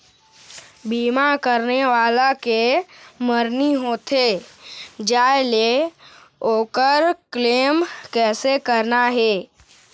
बीमा करने वाला के मरनी होथे जाय ले, ओकर क्लेम कैसे करना हे?